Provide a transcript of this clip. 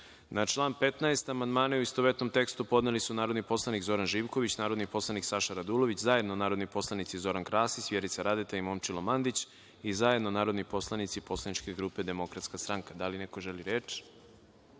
član 15. amandmane u istovetnom tekstu podneli su narodni poslanik Zoran Živković, narodni poslanik Saša Radulović, zajedno narodni poslanici Krasić, Vjerica Radeta i Momčilo Mandić i zajedno narodni poslanici poslaničke grupe DS.Da li neko želi reč? Reč